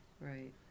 Right